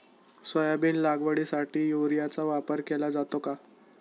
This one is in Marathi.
सोयाबीन लागवडीसाठी युरियाचा वापर केला जातो का?